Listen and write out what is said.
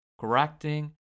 correcting